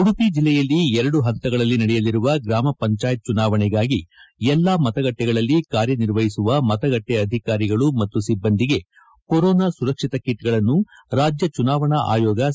ಉಡುಪಿ ಜಲ್ಲೆಯಲ್ಲಿ ಎರಡು ಪಂತಗಳಲ್ಲಿ ನಡೆಯಲಿರುವ ಗ್ರಾಮ ಪಂಚಾಯತ್ ಚುನಾವಣೆಗಾಗಿ ಎಲ್ಲಾ ಮತಗಟ್ಟಿಗಳಲ್ಲಿ ಕಾರ್ಯನಿರ್ವಹಿಸುವ ಮತಗಟ್ಟೆ ಅಧಿಕಾರಿಗಳು ಮತ್ತು ಸಿಬ್ಲಂದಿಗೆ ಕೊರೋನಾ ಸುರಕ್ಷಿತ ಕಿಟ್ಗಳನ್ನು ರಾಜ್ಯ ಚುನಾವಣಾ ಆಯೋಗ ಸರಬರಾಜು ಮಾಡಿದೆ